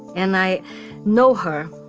and i know her,